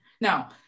Now